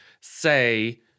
say